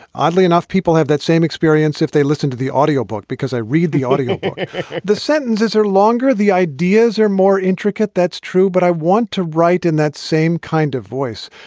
oddly enough, people have that same experience if they listened to the audio book, because i read the audio of the sentences are longer, the ideas are more intricate. that's true. but i want to write in that same kind of voice.